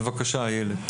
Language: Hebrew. בבקשה, איילת.